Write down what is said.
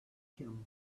him